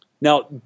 Now